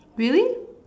really